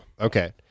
Okay